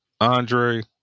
Andre